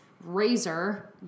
Razor